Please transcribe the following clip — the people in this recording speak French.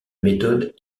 méthode